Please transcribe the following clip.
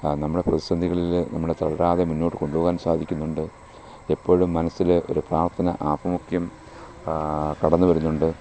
നമ്മുടെ പ്രതിസന്ധികളിൽ നമ്മളെ തളരാതെ മുന്നോട്ട് കൊണ്ട് പോകാൻ സാധിക്കുന്നുണ്ട് എപ്പോഴും മനസ്സിലെ ഒരു പ്രാർഥന ആഭിമുഖ്യം കടന്ന് വരുന്നുണ്ട്